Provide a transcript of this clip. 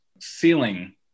ceiling